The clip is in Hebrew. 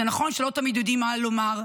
זה נכון שלא תמיד יודעים מה לומר,